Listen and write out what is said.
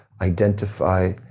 identify